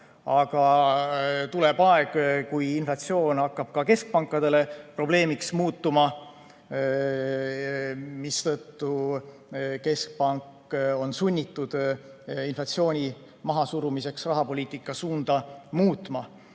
Aga tuleb aeg, kui inflatsioon hakkab ka keskpankadele probleemiks muutuma, mistõttu keskpank on sunnitud inflatsiooni mahasurumiseks rahapoliitika suunda muutma.